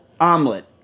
omelet